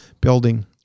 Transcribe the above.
building